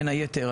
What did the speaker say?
בין היתר,